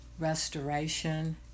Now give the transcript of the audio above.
restoration